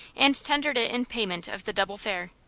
and tendered it in payment of the double fare.